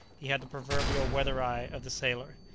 he had the proverbial weather-eye of the sailor.